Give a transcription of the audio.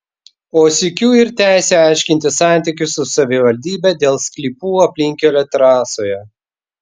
o sykiu ir teisę aiškintis santykius su savivaldybe dėl sklypų aplinkkelio trasoje